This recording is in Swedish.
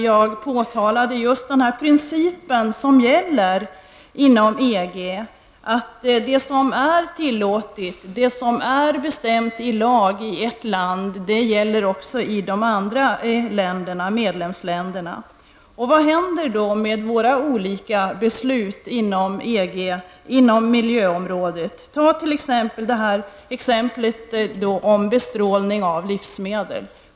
Jag påtalade den princip som gäller inom EG, att det som är tillåtet, det som är bestämt i lag, i ett land gäller också i de andra medlemsländerna. Vad händer då med våra olika beslut på miljöområdet? Ta t.ex. frågan om bestrålning av livsmedel.